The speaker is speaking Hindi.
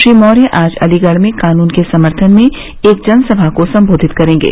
श्री मौर्य आज अलीगढ़ में कानून के समर्थन में एक जनसमा को संबोषित करेंगे